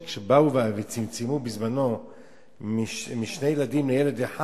כשבאו וצמצמו בזמנו משני ילדים לילד אחד.